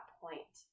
point